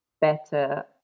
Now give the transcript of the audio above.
better